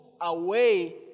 away